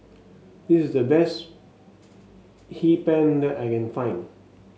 this is the best Hee Pan that I can find